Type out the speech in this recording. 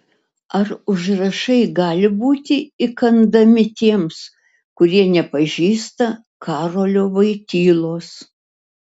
ar užrašai gali būti įkandami tiems kurie nepažįsta karolio voitylos